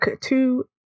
two